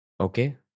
Okay